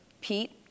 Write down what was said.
Pete